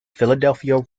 philadelphia